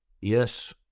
Yes